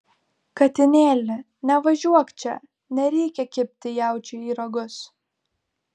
katinėli nevažiuok čia nereikia kibti jaučiui į ragus